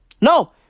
No